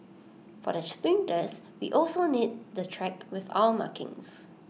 for the sprinters we also need the track with our markings